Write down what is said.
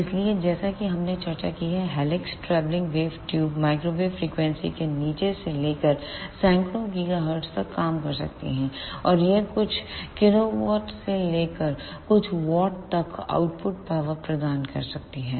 इसलिए जैसा कि हमने चर्चा की है कि helix travelling wave tube microwave frequency के नीचे से लेकर सैकड़ों गीगाहर्ट्ज़ तक काम कर सकती हैं और यह कुछ किलोवाट से लेकर कुछ वाट तक आउटपुट पॉवर प्रदान कर सकती है